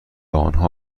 آنها